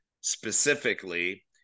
specifically